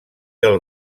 del